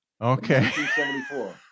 Okay